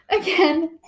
Again